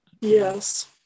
yes